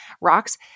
rocks